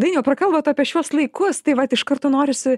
dainiau prakalbot apie šiuos laikus tai vat iš karto norisi